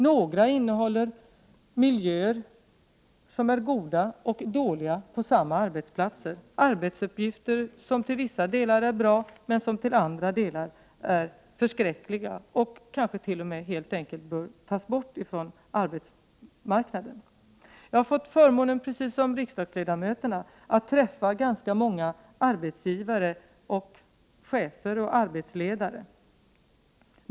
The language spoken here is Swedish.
Några har miljöer som är goda och dåliga på samma gång, arbetsuppgifter som till vissa delar är bra men till andra delar förskräckliga och kanske t.o.m. helt enkelt borde tas bort från arbetsmarknaden. Jag har fått förmånen, precis som riksdagsledamöterna, att träffa ganska många arbetsgivare, chefer och arbetsledare.